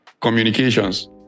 communications